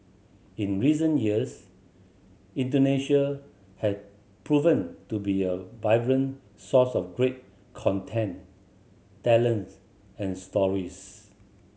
in recent years Indonesia has proven to be a vibrant source of great content and stories